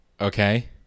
okay